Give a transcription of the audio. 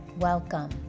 Welcome